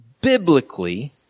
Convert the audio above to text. Biblically